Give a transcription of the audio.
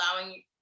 allowing